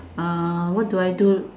uh what do I do